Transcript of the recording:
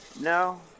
No